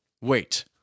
wait